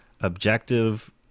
objective